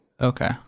Okay